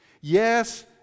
yes